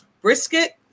brisket